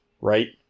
right